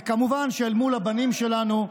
וכמובן שמול הבנים שלנו,